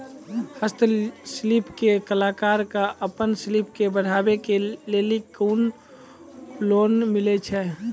हस्तशिल्प के कलाकार कऽ आपन शिल्प के बढ़ावे के लेल कुन लोन मिलै छै?